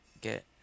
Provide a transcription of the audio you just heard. get